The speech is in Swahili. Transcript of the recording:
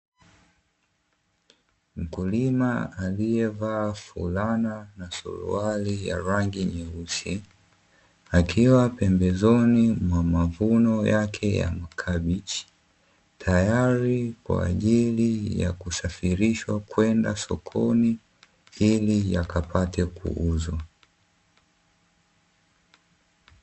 Mkulima aliyevaa fulana na suruali ya rangi nyeusi, akiwa pembezoni mwa mavuno yake ya makabichi, tayari kwa ajili ya kusafirishwa kwenda sokoni ili yakapate kuuzwa.